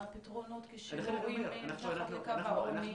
מה הפתרונות כשהורים מתחת לקו העוני,